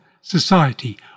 society